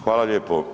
Hvala lijepo.